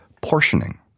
portioning